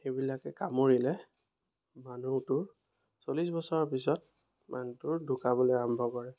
সেইবিলাকে কামুৰিলে মানুহটো চল্লিছ বছৰৰ পিছত মানুহটোৰ ঢুকাবলৈ আৰম্ভ কৰে